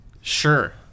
Sure